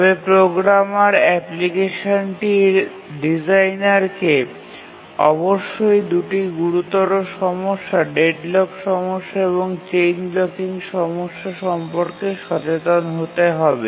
তবে প্রোগ্রামার অ্যাপ্লিকেশনটির ডিজাইনারকে অবশ্যই দুটি গুরুতর সমস্যা ডেডলক সমস্যা এবং চেইন ব্লকিং সমস্যা সম্পর্কে সচেতন হতে হবে